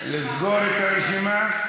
לסגור את הרשימה?